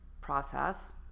process